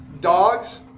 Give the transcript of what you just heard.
Dogs